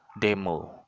demo